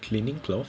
cleaning cloth